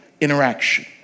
interaction